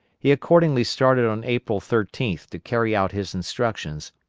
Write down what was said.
he accordingly started on april thirteenth to carry out his instructions,